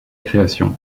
création